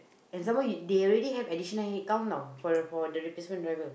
and some more they already have additional headcount now for for the replacement driver